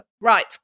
Right